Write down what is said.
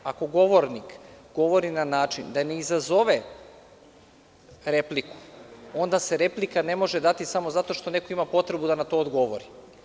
Ako govornik govori na način da ne izazove repliku, onda se replika ne može dati samo zato što neko ima potrebu da na to odgovori.